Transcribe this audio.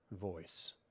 voice